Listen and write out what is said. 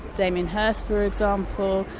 damien hirst for example,